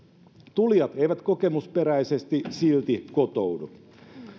tulijat eivät kokemusperäisesti silti kotoudu